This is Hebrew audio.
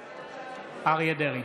בעד אריה מכלוף דרעי,